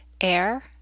air